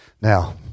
Now